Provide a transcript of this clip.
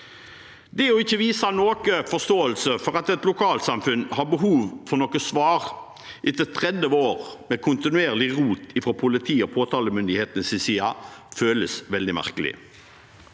Det å ikke vise noen forståelse for at et lokalsamfunn har behov for noen svar etter 30 år med kontinuerlig rot fra politiet og påtalemyndighetenes side, føles veldig merkelig.